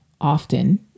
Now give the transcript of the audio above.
often